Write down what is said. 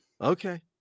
okay